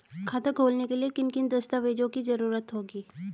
खाता खोलने के लिए किन किन दस्तावेजों की जरूरत होगी?